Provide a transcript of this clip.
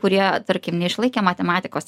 kurie tarkim neišlaikė matematikos